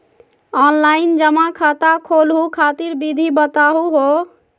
Online जमा खाता खोलहु खातिर विधि बताहु हो?